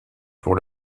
pour